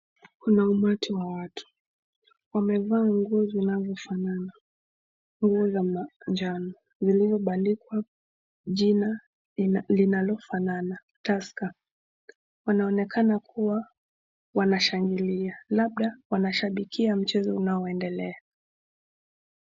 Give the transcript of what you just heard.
Kuna umati wa watu. Wamevaa nguo zinazofanana, nguo za manjano zikizobandikwa jina linalofanana tusker . Wanaonekana kuwa wanashangilia labda wanashabikia mchezo unaoendelea.